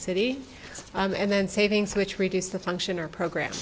city and then savings which reduce the function or program